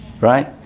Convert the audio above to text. Right